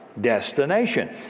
destination